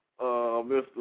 Mr